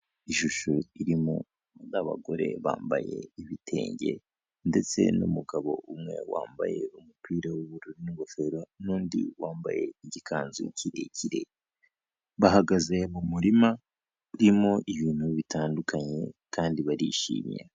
Ishusho irimo abagore bambaye ibitenge ndetse n'umugabo umwe wambaye umupira w'ubururu n'ingofero n'undi wambaye igikanzu kirekire bahagaze mu murima urimo ibintu bitandukanye kandi barishimye.